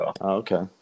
Okay